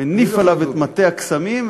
מניף עליו את מטה הקסמים,